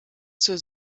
zur